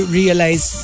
realize